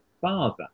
father